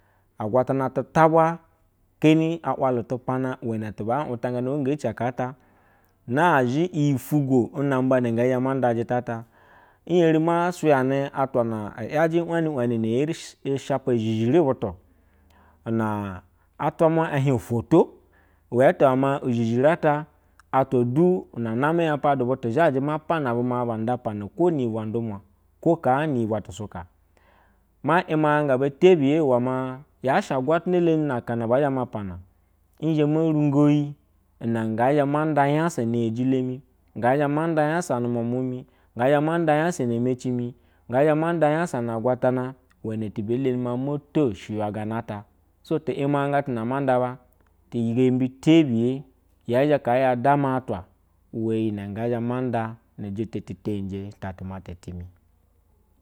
Agwatana tu tubwa keani walu tu pana wene tuna uwutangane wa gehi alea ata na zhe iyi tago namba nga zhe manda jula ta nerima suyene atwa iyaji wan ena en shapa zhiri butu butu, na atwa mua ehic toto ule te wema izhizhin ata atwa ehi name yanpadu butu zajɛ napana ba nda para ko ni bule nduma ko kaani yibwa tu suha, maimanga ba tebiya use mayashe agwatana leni na legna be zhemaoana nzhe morumgo yi nangazhe manda nyasa na yejilomi, nga zhe manda nyasa mu muamua in nga zhe mand ya nyasane meci mi nda ma nda nyasa na agwatina, use ne tuba lani maa nt ata shiva gian ata sotimanga tuna aure nda bate yembi tebuye ye zha ya haya ekama atwa lue yi nge zine manda use te teyijɛ ta tu mata tinil.